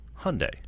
Hyundai